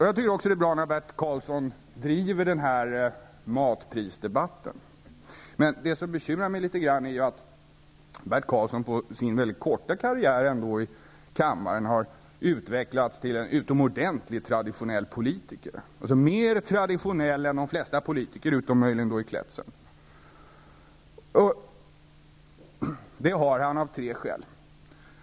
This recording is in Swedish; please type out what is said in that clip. Jag tycker också att det är bra när Bert Karlsson driver matprisdebatten, men det som bekymrar mig litet grand är ju att Bert Karlsson under sin väldigt korta karriär i kammaren har utvecklats till en utomordentligt traditionell politiker, mer traditionell än de flesta politiker, utom möjligen i klädseln. Det har han av tre skäl.